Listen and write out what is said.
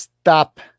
Stop